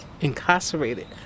incarcerated